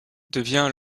devient